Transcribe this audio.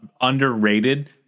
underrated